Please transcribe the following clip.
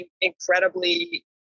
incredibly